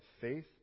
faith